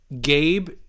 Gabe